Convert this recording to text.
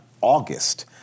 August